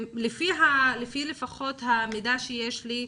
לפי המידע שיש לי לפחות,